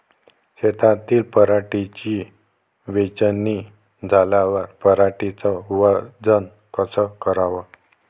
शेतातील पराटीची वेचनी झाल्यावर पराटीचं वजन कस कराव?